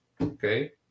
okay